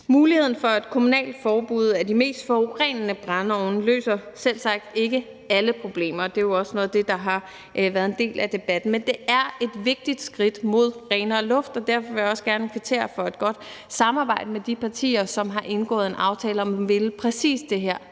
Muligheden for et kommunalt forbud af de mest forurenende brændeovne løser selvsagt ikke alle problemer. Det er jo også noget af det, der har været en del af debatten. Men det er et vigtigt skridt mod renere luft, og derfor vil jeg også gerne kvittere for et godt samarbejde med de partier, som har indgået en aftale om at ville præcis det her,